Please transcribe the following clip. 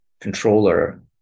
controller